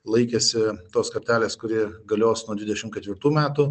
laikėsi tos kartelės kuri galios nuo dvidešimt ketvirtų metų